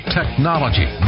technology